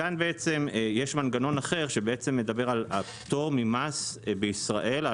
כאן יש מנגנון אחר שמדבר על הפטור ממס בישראל על